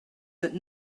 that